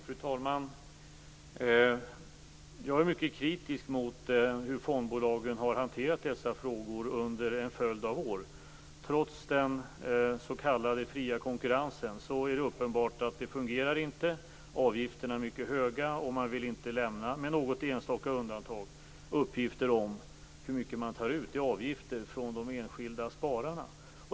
Fru talman! Jag är mycket kritisk till hur fondbolagen hanterat dessa frågor under en följd av år. Trots den s.k. fria konkurrensen är det uppenbart att det inte fungerar. Avgifterna är mycket höga, och med något enstaka undantag vill man inte lämna uppgifter om hur mycket man tar ut i avgifter från de enskilda spararna.